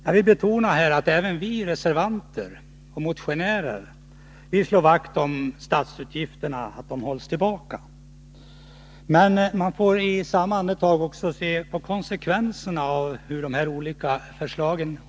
Jag vill betona att även vi motionärer och reservanter slår vakt om att statsutgifterna hålls tillbaka. Men man får i samma andetag lov att se på konsekvenserna av de olika förslagen.